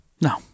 No